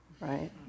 right